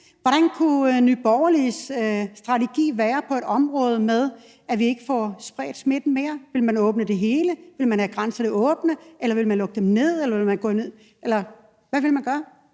Hvordan kunne Nye Borgerliges strategi være på det område, så vi ikke får spredt smitten mere? Vil man åbne det hele? Vil man have grænserne åbne, eller vil man lukke dem, eller hvad vil man gøre?